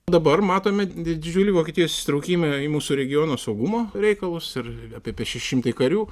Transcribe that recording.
dabar matome didžiulį vokietijos įsitraukimą į mūsų regiono saugumo reikalus ir apie šeši šimtai karių